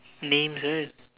names